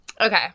Okay